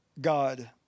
God